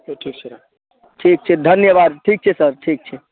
तऽ ठीक छै राखू ठीक छै धन्यवाद ठीक छै सर ठीक छै